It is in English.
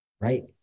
right